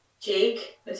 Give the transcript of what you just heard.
Jake